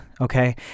Okay